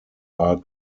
are